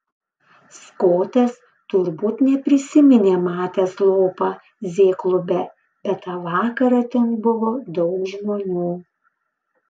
skotas turbūt neprisiminė matęs lopą z klube bet tą vakarą ten buvo daug žmonių